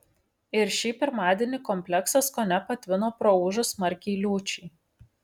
ir šį pirmadienį kompleksas kone patvino praūžus smarkiai liūčiai